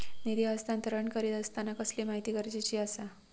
निधी हस्तांतरण करीत आसताना कसली माहिती गरजेची आसा?